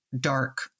dark